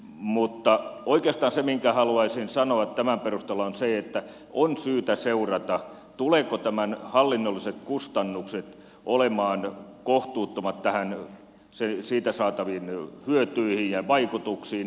mutta oikeastaan se minkä haluaisin tämän perusteella sanoa on se että on syytä seurata tulevatko tämän hallinnolliset kustannukset olemaan kohtuuttomat siitä saataviin hyötyihin ja vaikutuksiin nähden